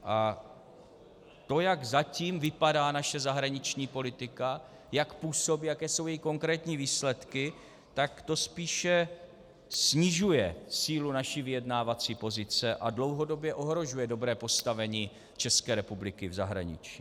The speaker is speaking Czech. A to, jak zatím vypadá naše zahraniční politika, jak působí, jaké jsou její konkrétní výsledky, to spíše snižuje sílu naší vyjednávací pozice a dlouhodobě ohrožuje dobré postavení České republiky v zahraničí.